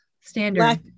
Standard